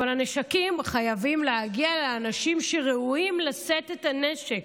אבל הנשקים חייבים להגיע לאנשים שראויים לשאת את הנשק.